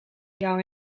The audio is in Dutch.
jou